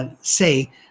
say